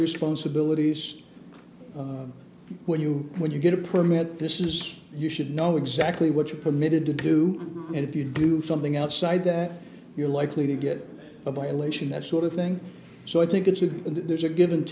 responsibilities when you when you get a permit this is you should know exactly what you're permitted to do and if you do something outside that you're likely to get a violation that sort of thing so i think it should and there's a give